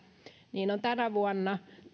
ovat tänä vuonna